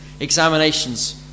examinations